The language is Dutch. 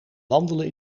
wandelen